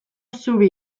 zubi